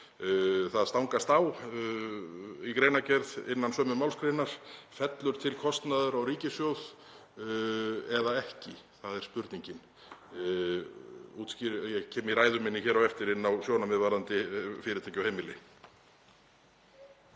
Það stangast á atriði í greinargerð innan sömu málsgreinar: Fellur til kostnaður á ríkissjóð eða ekki? Það er spurningin. Ég kem í ræðu minni hér á eftir inn á sjónarmið varðandi fyrirtæki og heimili.